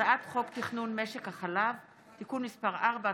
הצעת חוק תכנון משק החלב (תיקון מספר 4),